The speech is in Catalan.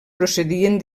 procedien